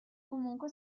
comunque